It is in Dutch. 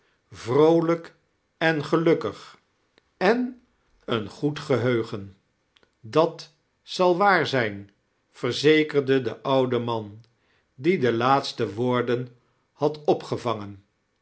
vroolijfc en gelukkig en een goed geheugen t dat zal waar zijn verzekerde de oude man die de laatste woorden had opgevangen